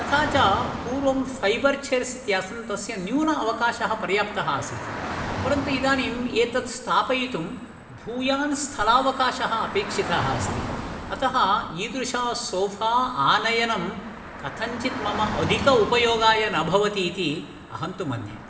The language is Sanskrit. तथा च पूर्वं फ़ैबर् चेर्स् इत्यासन् तस्य न्यून अवकाशः पर्याप्तः आसीत् परन्तु इदानीं एतत् स्थापयितुं भूयान् स्थलावकाशः अपेक्षितः अस्ति अतः ईदृशसोफ़ा आनयनं कथञ्चित् मम अधिक उपयोगाय न भवति इति अहं तु मन्ये